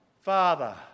Father